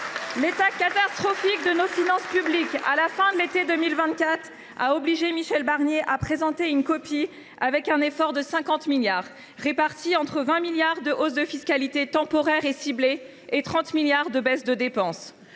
L’état catastrophique de nos finances publiques à la fin de l’été 2024 a obligé Michel Barnier à présenter une copie prévoyant un effort de 50 milliards d’euros, répartis entre 20 milliards de hausses de fiscalité temporaires et ciblées, et 30 milliards de baisses de dépenses.